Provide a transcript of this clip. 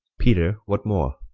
peter? what more?